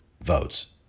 votes